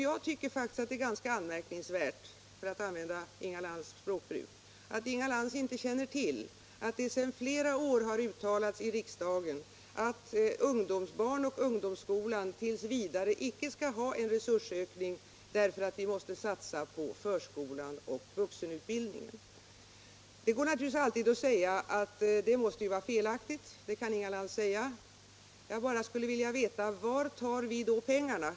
Jag tycker faktiskt det är ganska anmärkningsvärt, för att använda Inga Lantz språkbruk, att Inga Lantz inte känner till att det sedan flera år uttalats i riksdagen att barnoch ungdomsskolan t. v. icke skall ha en resursökning därför att vi måste satsa på förskolan och vuxenutbildningen. Det går naturligtvis alltid att säga att detta ställningstagande är felaktigt, och det kan Inga Lantz göra. Jag skulle bara vilja veta: Var tar vi då pengarna?